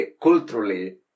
culturally